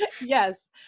Yes